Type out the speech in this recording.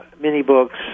mini-books